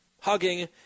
hugging